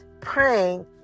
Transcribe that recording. praying